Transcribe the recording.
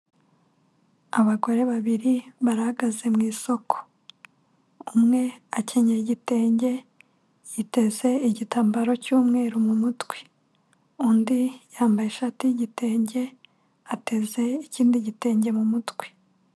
Abagore babiri barahagaze mu isoko, umwe akenyeye igitenge yiteze igitambaro cy'umweru mu mutwe, undi yambaye ishati y'igitenge ateze ikindi gitenge mu mutwe.